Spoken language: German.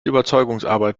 überzeugungsarbeit